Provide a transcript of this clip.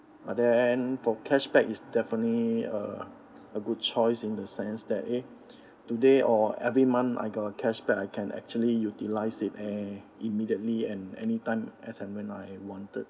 but then for cashback it's definitely a a good choice in the sense that eh today or every month I got cashback I can actually utilize it eh immediately and anytime as and when I wanted